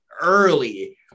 early